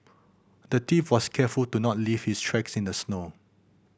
the thief was careful to not leave his tracks in the snow